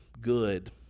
good